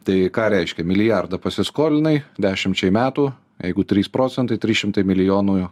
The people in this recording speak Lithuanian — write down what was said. tai ką reiškia milijardą pasiskolinai dešimčiai metų jeigu trys procentai trys šimtai milijonų